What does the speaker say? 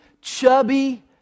chubby